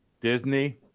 Disney